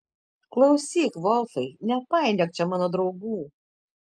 klausyk volfai nepainiok čia mano draugų